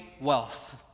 wealth